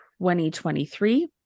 2023